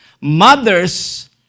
Mothers